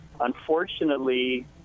Unfortunately